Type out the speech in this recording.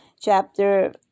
Chapter